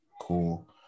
cool